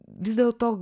vis dėlto